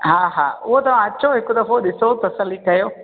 हा हा उहो तव्हां अचो हिक दफ़ो ॾिसो तसली कयो